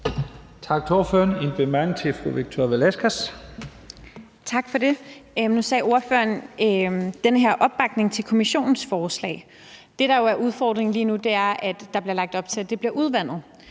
Tak for det. Nu talte ordføreren om den her opbakning til Kommissionens forslag. Det, der jo er udfordringen lige nu, er, at der bliver lagt op til, at det bliver udvandet.